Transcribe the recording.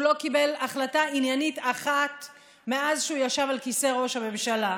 הוא לא קיבל החלטה עניינית אחת מאז שהוא יושב על כיסא ראש הממשלה.